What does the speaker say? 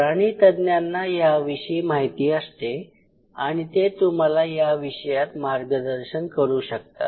प्राणी तज्ञांना याविषयी माहिती असते आणि ते तुम्हाला या विषयात मार्गदर्शन करू शकतात